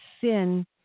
sin